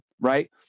right